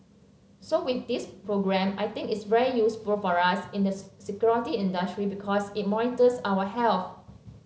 so with this programme I think it's very useful for us in the security industry because it monitors our health